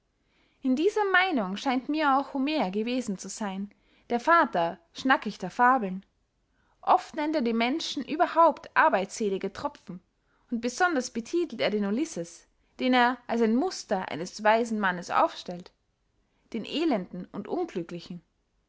in dieser meynung scheint mir auch homer gewesen zu seyn der vater schnakichter fabeln oft nennt er die menschen überhaupt arbeitselige tropfen und besonders betitelt er den ulisses den er als ein muster eines weisen mannes aufstellt den elenden und unglücklichen